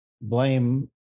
blame